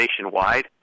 nationwide